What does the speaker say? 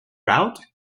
route